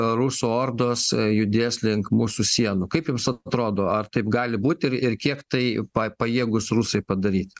rusų ordos judės link mūsų sienų kaip jums atrodo ar taip gali būti ir ir kiek tai pa pajėgūs rusai padaryt